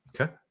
Okay